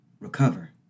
Recover